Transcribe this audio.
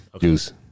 Juice